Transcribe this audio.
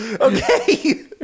okay